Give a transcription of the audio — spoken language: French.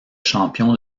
champion